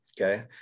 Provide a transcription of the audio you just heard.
okay